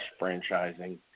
franchising